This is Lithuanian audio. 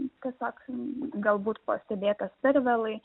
tiesiog galbūt pastebėtas per vėlai